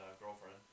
girlfriend